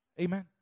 Amen